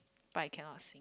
but I cannot